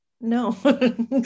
no